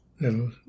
little